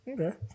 Okay